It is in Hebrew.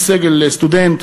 איש-סגל סטודנט.